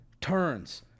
turns